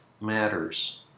matters